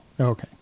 Okay